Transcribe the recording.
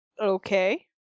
Okay